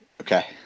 okay